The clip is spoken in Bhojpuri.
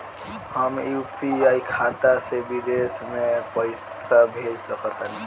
हम यू.पी.आई खाता से विदेश म पइसा भेज सक तानि?